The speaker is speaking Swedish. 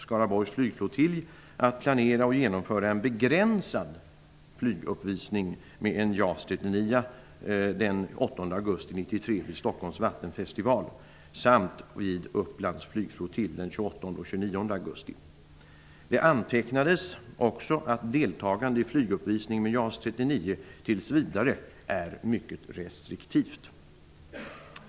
Skaraborgs flygflottilj att planera och genomföra en begränsad flyguppvisning med JAS 39 den 8 Upplands flygflottilj den 28 och 29 augusti. Det antecknades också att deltagande i flyguppvisning med JAS 39 tills vidare är mycket restriktivt.